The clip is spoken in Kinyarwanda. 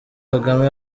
kagame